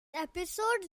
episodes